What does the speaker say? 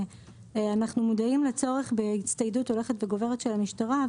אנחנו מודעים לצורך בהצטיידות הולכת וגוברת של המשטרה,